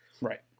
right